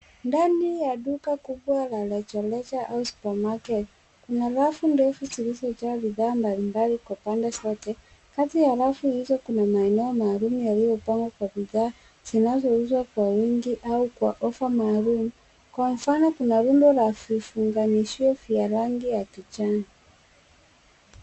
Ndani ya duka kubwa la reja reja au supermarket kuna rafu ndefu zilizo jaa bidhaa mbali mbali kwa pande zote. Kati ya rafu hizo kuna maeneo maluum yaliyo pangwa kwa bidhaa zinazo uzwa kwa wingi au kwa offer maalum. Kwa mfano kuna rundo la vifunganishio vya rangi ya kijani.